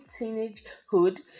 teenagehood